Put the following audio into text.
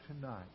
tonight